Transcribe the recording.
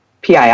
PII